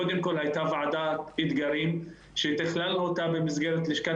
קודם כל הייתה ועדת אתגרים שתכללנו אותה במסגרת לשכת